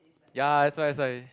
ya that's why that's why